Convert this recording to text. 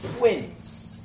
wins